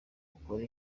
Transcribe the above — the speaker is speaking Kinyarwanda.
ukora